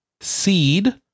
Seed